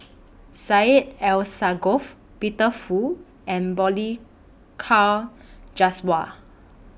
Syed Alsagoff Peter Fu and Balli Kaur Jaswal